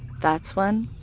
that's when.